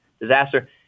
disaster